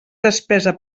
despesa